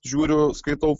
žiūriu skaitau